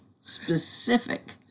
specific